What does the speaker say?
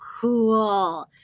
cool